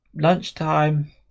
lunchtime